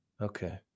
okay